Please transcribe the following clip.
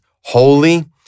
holy